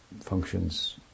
functions